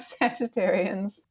Sagittarians